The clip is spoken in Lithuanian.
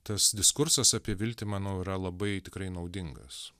tas diskursas apie viltį manau yra labai tikrai naudingas